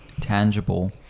tangible